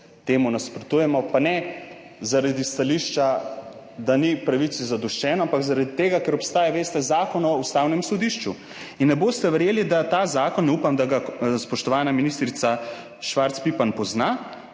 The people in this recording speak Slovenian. temu nasprotujemo, pa ne zaradi stališča, da ni pravici zadoščeno, ampak zaradi tega, ker obstaja, veste, Zakon o ustavnem sodišču. In ne boste verjeli, da ta zakon – upam, da ga spoštovana ministrica Švarc Pipan pozna